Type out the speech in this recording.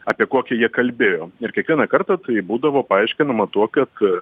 apie kokią jie kalbėjo ir kiekvieną kartą tai būdavo paaiškinama tuo kad